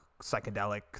psychedelic